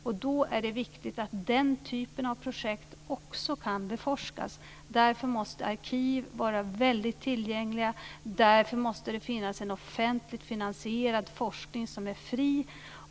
Och då är det viktigt att den typen av projekt också kan beforskas. Därför måste arkiv vara väldigt tillgängliga. Därför måste det finnas en offentligt finansierad forskning som är fri.